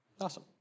Awesome